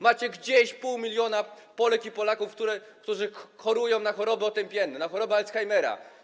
Macie gdzieś pół miliona Polek i Polaków, którzy chorują na choroby otępienne, na chorobę Alzheimera.